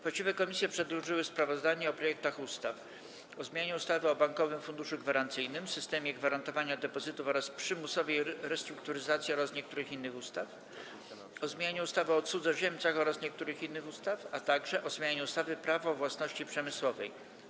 Właściwe komisje przedłożyły sprawozdania o projektach ustaw: - o zmianie ustawy o Bankowym Funduszu Gwarancyjnym, systemie gwarantowania depozytów oraz przymusowej restrukturyzacji oraz niektórych innych ustaw, - o zmianie ustawy o cudzoziemcach oraz niektórych innych ustaw, - o zmianie ustawy Prawo własności przemysłowej.